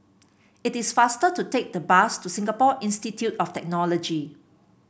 it is faster to take the bus to Singapore Institute of Technology